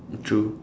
true